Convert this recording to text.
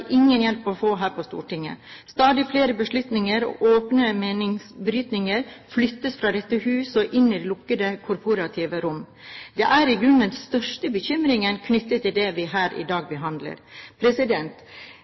ingen hjelp å få her på Stortinget. Stadig flere beslutninger og åpne meningsbrytninger flyttes fra dette hus og inn i lukkede, korporative rom. Det er i grunnen den største bekymringen knyttet til det vi behandler her i dag.